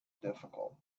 difficult